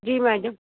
जी madam